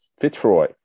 Fitzroy